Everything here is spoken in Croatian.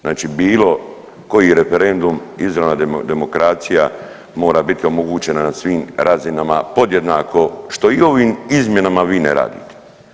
Znači bilo koji referendum, izravna demokracija mora biti omogućena na svim razinama podjednako što i ovim izmjenama vi ne radite.